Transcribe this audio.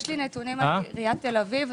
יש לי נתונים על עיריית תל אביב,